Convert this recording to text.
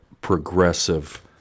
progressive